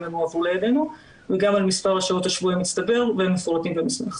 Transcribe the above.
הם הועברו לידינו וגם על מספר השעות השבועי המצטבר והם מפורטים במסמך.